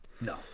No